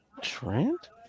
Trent